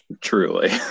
Truly